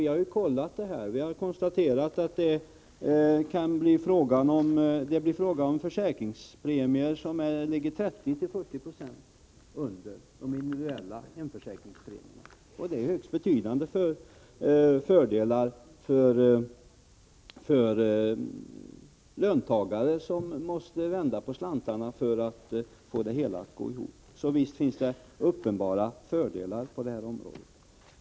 Vi har kontrollerat saken och har konstaterat att det blir försäkringspremier som ligger 30-40 96 under de individuella hemförsäkringspremierna. Det är en högst betydande fördel för löntagare som måste vända på slantarna för att få det hela att gå ihop. Så visst finns det uppenbara fördelar att vinna på det här området.